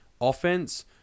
offense